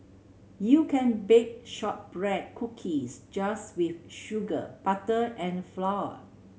you can bake shortbread cookies just with sugar butter and flour